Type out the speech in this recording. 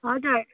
हजुर